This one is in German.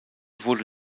wurde